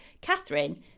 Catherine